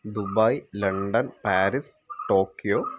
Dubai London Paris Tokyo